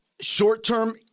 short-term